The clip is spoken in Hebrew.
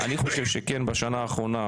אני חושב שכן השנה האחרונה,